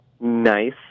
nice